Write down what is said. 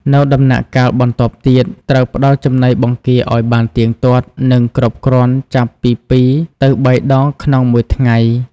នៅដំណាក់កាលបន្ទាប់ទៀត ត្រូវផ្តល់ចំណីបង្គាឲ្យបានទៀងទាត់ និងគ្រប់គ្រាន់ចាប់ពី២ ទៅ ៣ ដងក្នុងមួយថ្ងៃ។